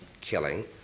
killing